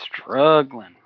struggling